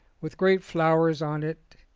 with great flowers on it,